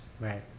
Right